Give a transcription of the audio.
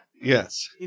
Yes